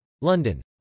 London